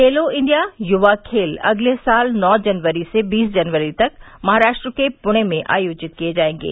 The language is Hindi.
खेलो इंडिया युवा खेल अगले साल नौ जनवरी से बीस जनवरी तक महाराष्ट्र के पुणे में आयोजित किये जाएंगे